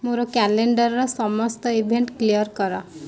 ମୋର କ୍ୟାଲେଣ୍ଡରର ସମସ୍ତ ଇଭେଣ୍ଟ୍ କ୍ଲିଅର୍ କର